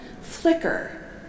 flicker